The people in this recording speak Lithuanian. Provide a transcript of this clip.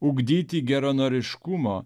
ugdyti geranoriškumo